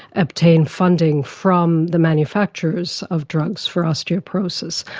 obtain funding from the manufacturers of drugs for osteoporosis.